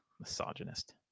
Misogynist